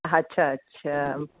अछा अछा